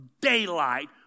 daylight